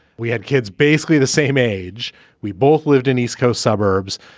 we had kids basically the same age we both lived in east coast suburbs.